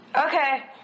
Okay